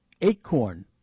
Acorn